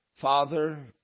Father